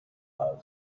love